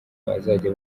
bazajya